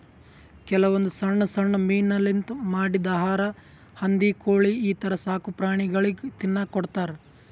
ಕೆಲವೊಂದ್ ಸಣ್ಣ್ ಸಣ್ಣ್ ಮೀನಾಲಿಂತ್ ಮಾಡಿದ್ದ್ ಆಹಾರಾ ಹಂದಿ ಕೋಳಿ ಈಥರ ಸಾಕುಪ್ರಾಣಿಗಳಿಗ್ ತಿನ್ನಕ್ಕ್ ಕೊಡ್ತಾರಾ